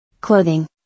Clothing